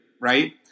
right